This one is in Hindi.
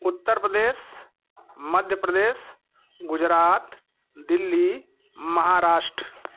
उत्तर प्रदेश मध्यप्रदेश गुजरात दिल्ली महाराष्ट्र